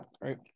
Right